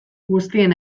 guztien